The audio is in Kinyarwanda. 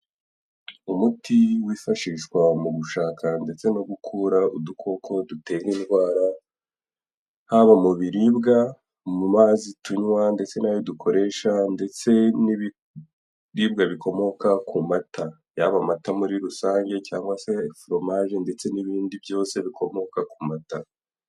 Umuti wifashishwa mu gushaka ndetse no gukura udukoko dutera indwara, haba mu biribwa, mu mazi tuywa ndetse n'ayo dukoresha ndetse n'ibiribwa bikomoka ku mata, yaba amata muri rusange cyangwa se foromaje ndetse n'ibindi byose bikomoka ku mata.